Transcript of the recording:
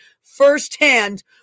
firsthand